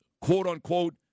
quote-unquote